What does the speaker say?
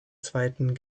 zweiten